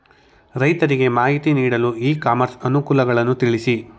ರೈತರಿಗೆ ಮಾಹಿತಿ ನೀಡಲು ಇ ಕಾಮರ್ಸ್ ಅನುಕೂಲಗಳನ್ನು ತಿಳಿಸಿ?